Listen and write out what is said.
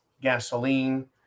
gasoline